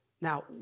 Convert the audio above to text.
Now